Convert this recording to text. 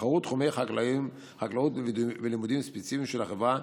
נבחרו תחומי חקלאות ולימודים ספציפיים של החווה: